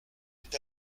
est